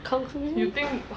conclusion